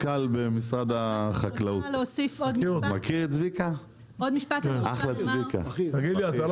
משרד החקלאות מגיע להסכמות שאחר כך